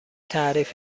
تعریف